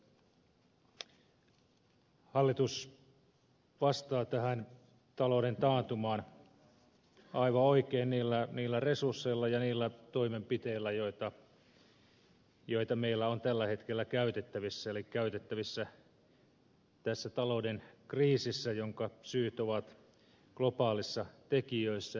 hallitus vastaa tähän talouden taantumaan aivan oikein niillä resursseilla ja niillä toimenpiteillä joita meillä on tällä hetkellä käytettävissä tässä talouden kriisissä jonka syyt ovat globaaleissa tekijöissä